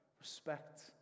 respect